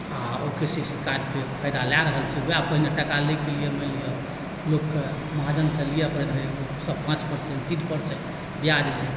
आओर ओ K C C कार्डके फायदा लए रहल छै लोक वएह पहिने टाका लेबयके लिअ मानि लिअ लोकके महाजनसँ लिअ पड़ैत रहै सब पाँच परसेन्ट तीन परसेन्ट ब्याज लैत